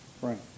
Frank